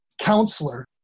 counselor